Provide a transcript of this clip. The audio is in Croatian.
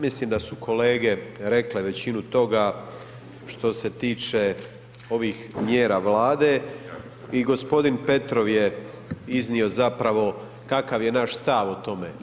Mislim da su kolege rekle većinu toga što se tiče ovih mjera Vlade i g. Petrov je iznio zapravo kakav je naš stav o tome.